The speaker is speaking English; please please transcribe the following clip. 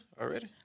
already